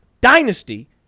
dynasty